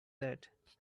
that